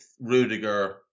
Rudiger